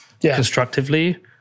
constructively